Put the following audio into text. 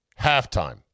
halftime